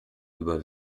über